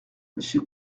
monsieur